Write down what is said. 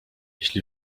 jeśli